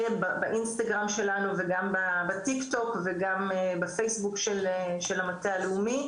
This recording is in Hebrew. באינסטגרם שלנו וגם בטיקטוק וגם בפייסבוק של המטה הלאומי,